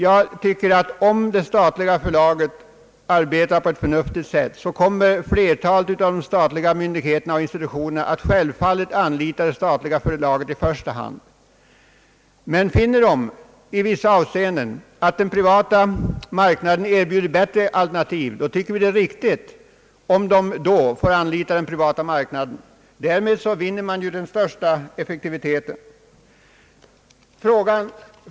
Jag anser att om det statliga förlaget arbetar på ett förnuftigt sätt så kommer flertalet av de statliga myndigheterna och institutionerna självfallet att anlita det i första hand. Men finner de i vissa avseenden att den privata marknaden erbjuder bättre alternativ tycker vi det är riktigt om de då får anlita denna marknad. Därmed vinner man ju den största effektiviteten.